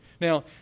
Now